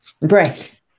Right